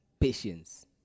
patience